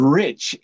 rich